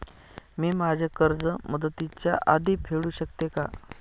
मी माझे कर्ज मुदतीच्या आधी फेडू शकते का?